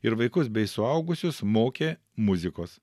ir vaikus bei suaugusius mokė muzikos